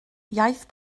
iaith